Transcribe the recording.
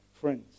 friends